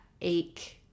ache